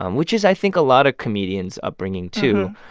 um which is, i think, a lot of comedians' upbringing, too.